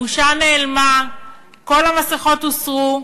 הבושה נעלמה, כל המסכות הוסרו,